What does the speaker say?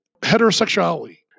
heterosexuality